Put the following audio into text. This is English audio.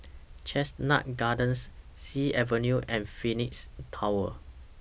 Chestnut Gardens Sea Avenue and Phoenix Tower